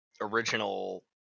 original